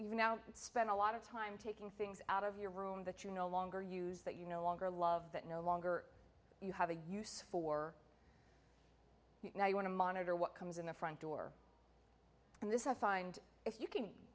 even now spent a lot of time taking things out of your room that you no longer use that you no longer love that no longer you have a use for it now you want to monitor what comes in the front door and this i find if you can